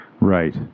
Right